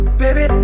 baby